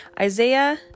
Isaiah